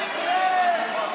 לך.